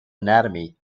anatomy